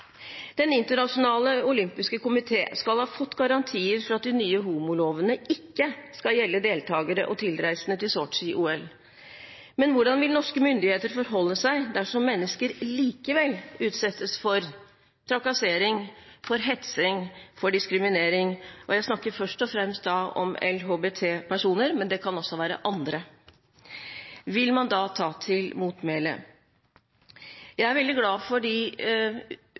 Den internasjonale olympiske komité skal ha fått garantier for at de nye homolovene ikke skal gjelde deltakere og tilreisende til Sotsji-OL. Men hvordan vil norske myndigheter forholde seg dersom mennesker likevel utsettes for trakassering, for hetsing, for diskriminering – og da snakker jeg først og fremst om LHBT-personer, men det kan også være andre – vil man da ta til motmæle? Jeg er veldig glad for de